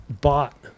bought